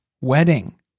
wedding